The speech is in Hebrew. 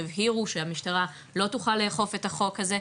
הבהירו שהמשטרה לא תוכל לאכוף את החוק הזה,